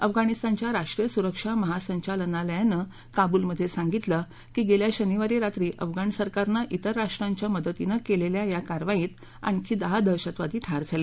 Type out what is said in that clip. अफगाणिस्तानच्या राष्ट्रीय सुरक्षा महासंचालनालयानं काबुलमध्ये सांगितलं की गेल्या शनिवारी रात्री अफगाण सरकारने इतर राष्ट्रांच्या मदतीनं केलेल्या या कारवाईत आणखी दहा दहशतवादी ठार झाले